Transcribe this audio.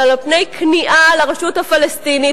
אלא על פני כניעה לרשות הפלסטינית,